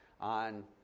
on